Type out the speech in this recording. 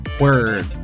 word